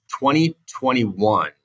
2021